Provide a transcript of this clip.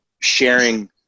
sharing